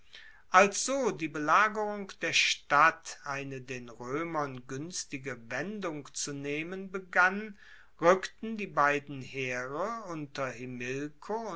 so die belagerung der stadt eine den roemern guenstige wendung zu nehmen begann rueckten die beiden heere unter himilko